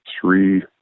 three